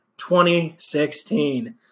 2016